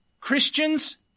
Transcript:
Christians